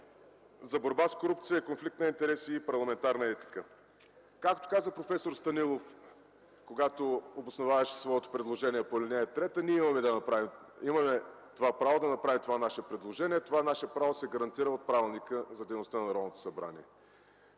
за борба с корупцията, конфликт на интереси и парламентарна етика. Както каза проф. Станилов, когато обосноваваше своето предложение по ал. 3, ние имаме правото да направим това наше предложение. Това наше право се гарантира от Правилника за